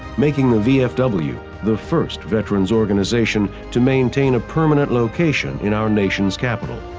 making the vfw the first veterans organization to maintain a permanent location in our nation's capital.